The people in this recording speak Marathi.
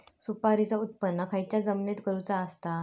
सुपारीचा उत्त्पन खयच्या जमिनीत करूचा असता?